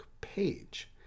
page